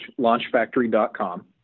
launchfactory.com